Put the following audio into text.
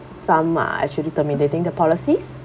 some are actually terminating the policies